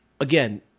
again